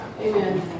Amen